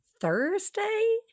Thursday